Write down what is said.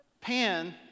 Pan